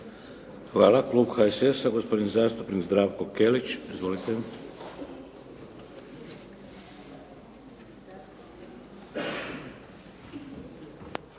Hvala. Klub HSS-a gospodin zastupnik Zdravko Kelić. Izvolite.